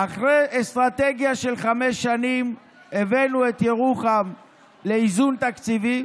אחרי אסטרטגיה של חמש שנים הבאנו את ירוחם לאיזון תקציבי.